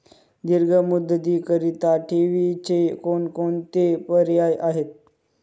दीर्घ मुदतीकरीता ठेवीचे कोणकोणते पर्याय आहेत?